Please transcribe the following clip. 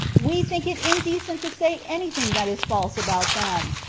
we think it indecent to say any thing that is false about them,